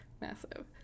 massive